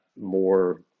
more